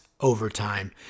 Overtime